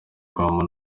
rwampara